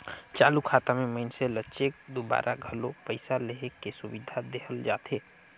चालू खाता मे मइनसे ल चेक दूवारा घलो पइसा हेरे के सुबिधा देहल जाथे